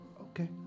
Okay